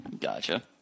Gotcha